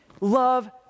love